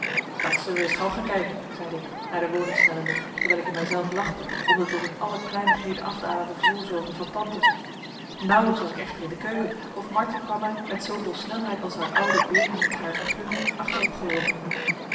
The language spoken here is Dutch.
dat zullen wij eens gauw gaan kijken zeide ik naar de woning snellende terwijl ik in mijzelf lachte om de tot in alle kleinigheden afdalende voorzorgen van tante nauwelijks was ik echter in de keuken of martha kwam mij met zooveel snelheid als haar oude beenen het haar vergunden achterop geloopen